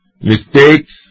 mistakes